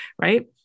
right